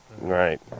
Right